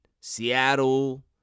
Seattle